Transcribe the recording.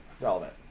relevant